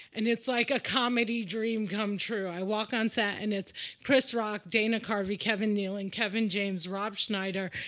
and it's like a comedy dream come true. i walk on set and it's chris rock, dana carvey, kevin nealon, kevin james, rob schneider,